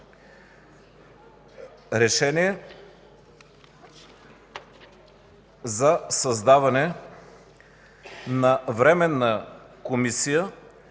„Решение за създаване на Временна комисия